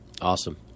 Awesome